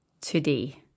today